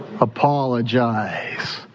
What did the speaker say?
Apologize